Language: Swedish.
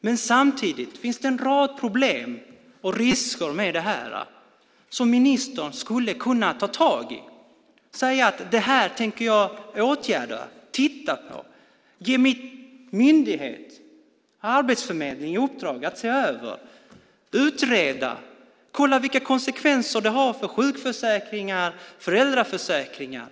Men samtidigt finns det en rad problem och risker med det här som ministern skulle kunna ta tag i. Han skulle kunna säga: Det här tänker jag åtgärda, titta på, ge min myndighet Arbetsförmedlingen i uppdrag att se över, utreda, kolla vilka konsekvenser det har för sjukförsäkringar och föräldraförsäkringar.